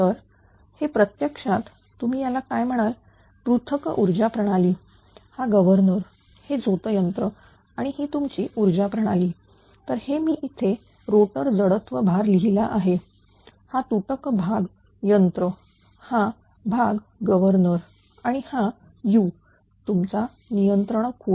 तर हे प्रत्यक्षात तुम्ही त्याला काय म्हणाल पृथक ऊर्जा प्रणाली हा गव्हर्नर हे झोतयंत्र आणि ही तुमची ऊर्जा प्रणाली तर हे मी इथे रोटर जडत्व भार लिहिला आहे हा तुटक भाग यंत्र हा भाग गव्हर्नर आणि हा u तुमचा नियंत्रण खूण